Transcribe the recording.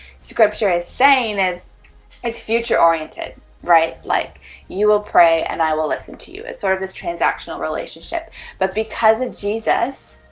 scripture is saying is as future-oriented right like you will pray and i will listen to you as sort of this transactional relationship but because of jesus?